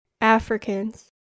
Africans